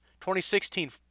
2016